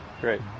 great